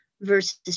versus